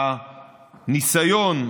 הניסיון,